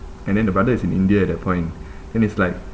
and then the brother is in india at that point then he's like